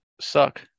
suck